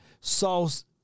Sauce